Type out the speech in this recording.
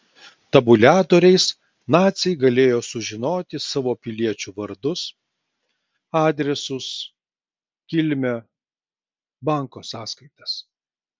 tabuliatoriais naciai galėjo sužinoti savo piliečių vardus adresus kilmę banko sąskaitas